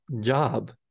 job